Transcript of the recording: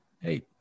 Hey